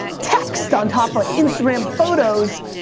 text on top of instagram photos,